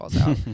out